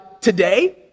today